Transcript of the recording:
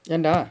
ஏன்:yaen dah